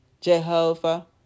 Jehovah